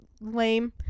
lame